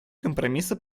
компромисса